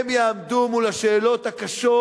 הם יעמדו מול השאלות הקשות